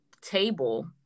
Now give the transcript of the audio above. table